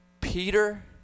Peter